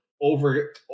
over